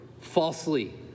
falsely